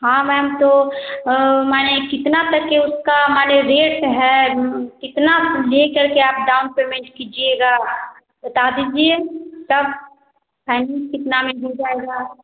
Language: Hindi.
हाँ मैम तो माने कितना तक कर माने रेट है कितना ले करके आप डाउन पेमेंट कीजिएगा बता दीजिए तब फाइनेंस कितना में हो जाएगा